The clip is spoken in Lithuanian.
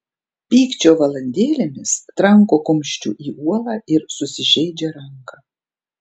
pykčio valandėlėmis tranko kumščiu į uolą ir susižeidžia ranką